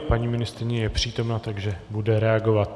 Paní ministryně je přítomna, takže bude reagovat.